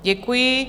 Děkuji.